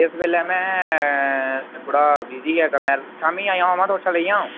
इस बेल्लै मैं थोह्ड़ा बिजी आं कम्मै उप्पर शामीं आई थुआढ़े शा लेई जाङ